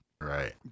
Right